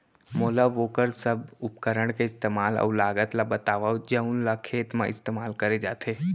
मोला वोकर सब उपकरण के इस्तेमाल अऊ लागत ल बतावव जउन ल खेत म इस्तेमाल करे जाथे?